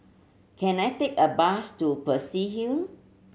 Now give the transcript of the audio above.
can I take a bus to Peirce Hill